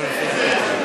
אתה לא מקשיב.